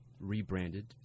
rebranded